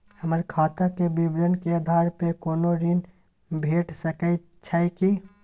हमर खाता के विवरण के आधार प कोनो ऋण भेट सकै छै की?